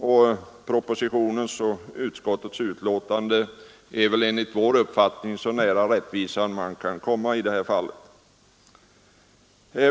Både propositionen och utskottets betänkande kommer väl så nära rättvisan man i detta fall kan komma.